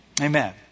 Amen